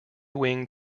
wing